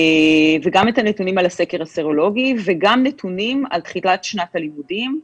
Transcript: גם הנתונים על הסקר הסרולוגי וגם הנתונים על תחילת שנת הלימודים.